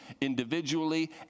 individually